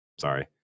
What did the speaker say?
Sorry